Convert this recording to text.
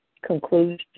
conclusion